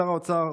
שר האוצר,